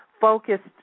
Focused